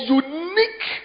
unique